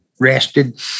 rested